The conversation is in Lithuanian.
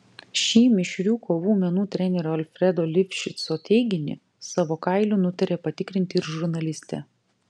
šį mišrių kovų menų trenerio alfredo lifšico teiginį savo kailiu nutarė patikrinti ir žurnalistė